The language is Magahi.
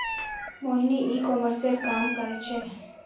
मोहिनी ई कॉमर्सेर काम कर छेक्